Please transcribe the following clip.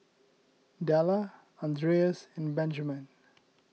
Della andreas and Benjman